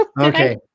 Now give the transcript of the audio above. Okay